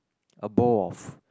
a bowl of